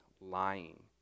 lying